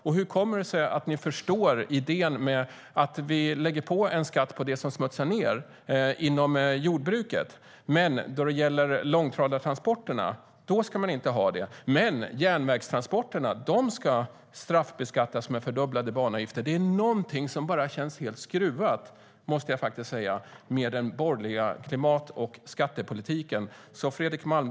Men hur kommer det sig att ni förstår idén med att lägga på en skatt på det som smutsar ned inom jordbruket men inte när det gäller långtradartransporterna? Och järnvägstransporterna vill ni straffbeskatta med fördubblade banavgifter. Det är något som bara känns helt skruvat med den borgerliga klimat och skattepolitiken, måste jag säga. Fredrik Malm!